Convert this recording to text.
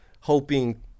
hoping